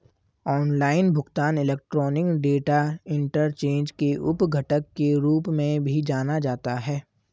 online भुगतान electronic data interchange के उप घटक के रूप में भी जाना जाता है